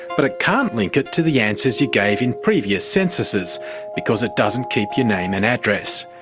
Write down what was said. but it can't link it to the answers you gave in previous censuses because it doesn't keep your name and address.